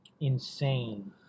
insane